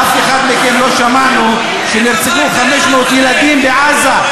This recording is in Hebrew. אף אחד מכם לא שמענו כשנרצחו 500 ילדים בעזה.